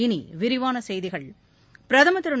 இனி விரிவான செய்திகள் பிரதமர் திரு